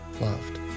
loved